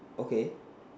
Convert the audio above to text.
okay